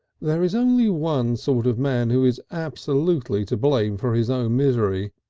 there is only one sort of man who is absolutely to blame for his own misery,